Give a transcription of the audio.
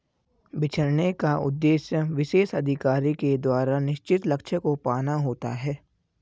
बिछड़ने का उद्देश्य विशेष अधिकारी के द्वारा निश्चित लक्ष्य को पाना होता है